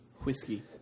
whiskey